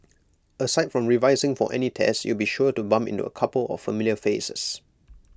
aside from revising for any tests you'll be sure to bump into A couple of familiar faces